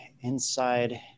inside